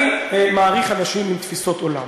אני מעריך אנשים עם תפיסות עולם.